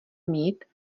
mít